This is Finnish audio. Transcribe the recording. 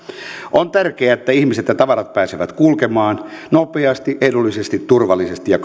on tärkeää että ihmiset ja tavarat pääsevät kulkemaan nopeasti edullisesti turvallisesti ja